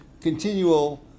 continual